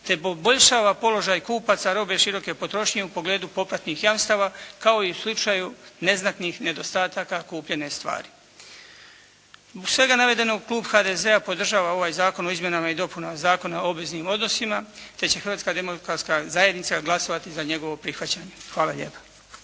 te poboljšava položaj kupaca robe široke potrošnje u pogledu popratnih jamstava kao i u slučaju neznatnih nedostataka kupljene stvari. Zbog svega navedenog klub HDZ-a podržava ovaj Zakon o izmjenama i dopunama Zakona o obveznim odnosima te će Hrvatska demokratska zajednica glasovati za njegovo prihvaćanje. Hvala lijepo.